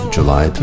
July